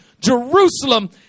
Jerusalem